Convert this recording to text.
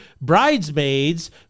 bridesmaids